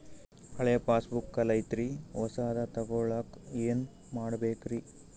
ಹಳೆ ಪಾಸ್ಬುಕ್ ಕಲ್ದೈತ್ರಿ ಹೊಸದ ತಗೊಳಕ್ ಏನ್ ಮಾಡ್ಬೇಕರಿ?